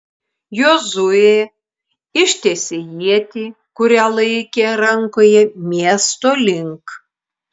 jozuė ištiesė ietį kurią laikė rankoje miesto link